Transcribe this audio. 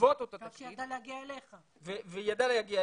בעקבות אותה תקרית --- מה אתם